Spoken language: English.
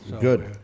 Good